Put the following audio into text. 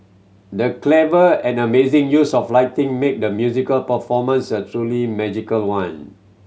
the clever and amazing use of lighting made the musical performance a truly magical one